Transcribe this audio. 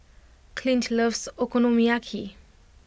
Clint loves Okonomiyaki